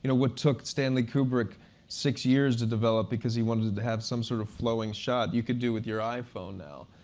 you know what took stanley kubrick six years to develop because he wanted to have some sort of flowing shot, you could do with your iphone now.